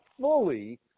fully